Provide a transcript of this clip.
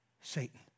Satan